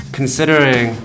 considering